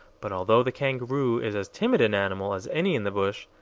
but although the kangaroo is as timid an animal as any in the bush,